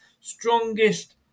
strongest